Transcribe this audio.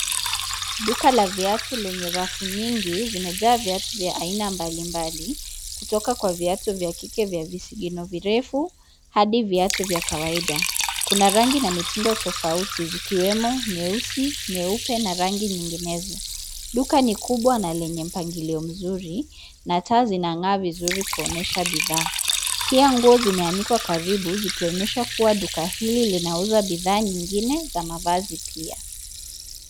Duka la viatu lenye rafu nyingi zimejaa viatu vya aina mbalimbali, kutoka kwa viatu vya kike vya visigino virefu, hadi viatu vya kawaida. Kuna rangi na mitindo tofauti zikiwemo nyeusi, nyeupe na rangi nyinginezo. Duka ni kubwa na lenye mpangilio mzuri, na taa zinang'aa vizuri kuonyesha bidhaa. Pia nguo zimeanikwa karibu zikionyesha kuwa duka hili linauza bidhaa nyingine za mavazi pia.